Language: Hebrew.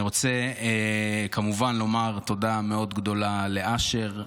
אני רוצה כמובן לומר תודה מאוד גדולה לאשר.